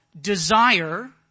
desire